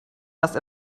erst